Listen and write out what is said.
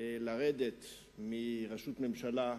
לרדת מראשות ממשלה,